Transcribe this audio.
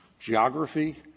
geography,